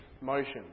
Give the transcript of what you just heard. motion